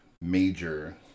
major